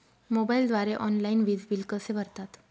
मोबाईलद्वारे ऑनलाईन वीज बिल कसे भरतात?